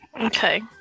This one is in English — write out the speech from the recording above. Okay